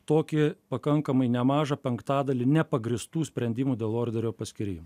tokį pakankamai nemažą penktadalį nepagrįstų sprendimų dėl orderio paskyrimo